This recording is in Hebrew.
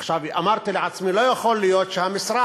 עכשיו, אמרתי לעצמי: לא יכול להיות שהמשרד,